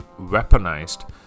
weaponized